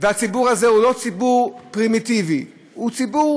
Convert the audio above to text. והציבור הזה הוא לא ציבור פרימיטיבי, הוא ציבור